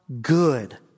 good